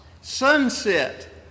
Sunset